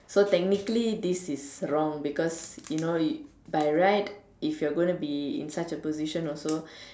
so technically this is wrong because you know you by right if you're going to be in such a position also